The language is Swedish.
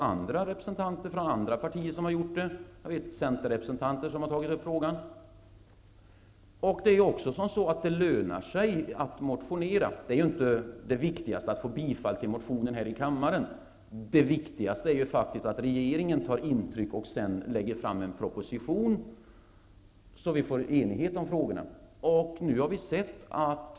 Även representanter för andra partier har tagit upp frågan, t.ex. Det lönar sig faktiskt att väcka motioner. Det viktigaste är dock inte att en väckt motion bifalles här i kammaren, utan det viktigaste är att regeringen tar intryck av det som framförs och att den sedan lägger fram en proposition. Det gäller ju att skapa en enighet i de olika frågorna.